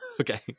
Okay